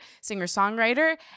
singer-songwriter